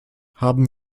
haben